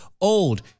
old